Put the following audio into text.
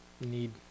need